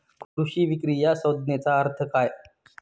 कृषी विक्री या संज्ञेचा अर्थ काय?